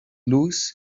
lose